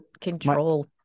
control